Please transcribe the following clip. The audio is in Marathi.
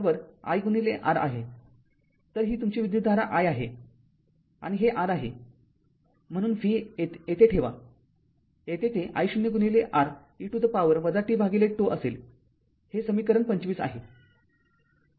तर ही तुमची विद्युतधारा I आहे आणि हे R आहे म्हणून V येथे ठेवा येथे ते I0 R e to the power t τ असेल हे समीकरण २५ आहे